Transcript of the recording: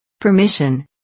Permission